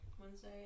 Wednesday